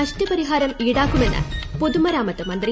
നഷ്ടപരിഹാരം ഇൌടാക്കുമെന്ന് പൊതുമരാമത്ത് മന്ത്രി